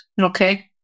okay